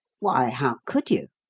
why, how could you?